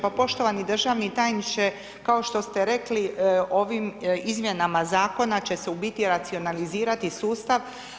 Pa poštovani državni tajniče, kao što ste rekli, ovim izmjenama Zakona će se u biti racionalizirati sustav.